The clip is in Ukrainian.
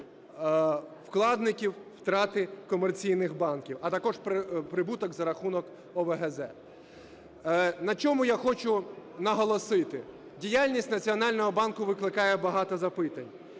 вкладників, втрати комерційних банків, а також прибуток за рахунок ОВГЗ. На чому я хочу наголосити? Діяльність Національного банку викликає багато запитань.